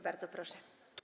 Bardzo proszę.